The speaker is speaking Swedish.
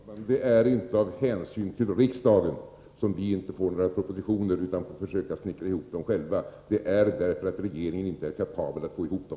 Herr talman! Det är inte av hänsyn till riksdagen som regeringen inte lägger fram några propositioner utan överlämnar till oss att försöka snickra ihop dem själva. Det är därför att regeringen inte är kapabel att få ihop dem.